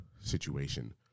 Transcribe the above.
situation